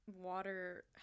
Water